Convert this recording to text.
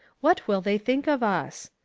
what will they think of us?